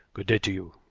good day to you.